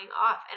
off